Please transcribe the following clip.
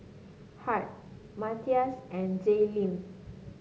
Hart Mathias and Jaelynn